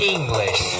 English